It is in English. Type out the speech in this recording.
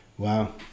Wow